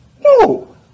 No